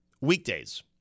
weekdays